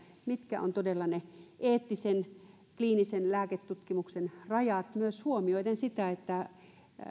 mitkä todella ovat ne eettisen kliinisen lääketutkimuksen rajat myös huomioiden sen että